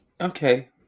okay